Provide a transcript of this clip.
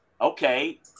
okay